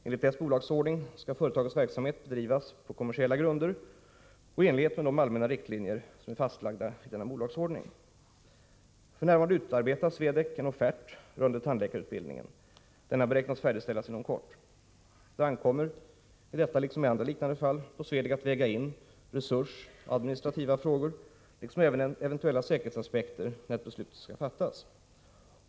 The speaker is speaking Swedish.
Enligt dess bolagsordning skall företagets verksamhet bedrivas på kommersiella grunder och i enlighet med de allmänna riktlinjer som är fastlagda i denna bolagsordning. F.n. utarbetar Swedec en offert rörande tandläkarutbildningen. Denna beräknas färdigställas inom kort. Det ankommer, i detta liksom i andra liknande fall, på Swedec att väga in resursfrågor och administrativa frågor liksom även eventuella säkerhetsaspekter när ett beslut skall fattas.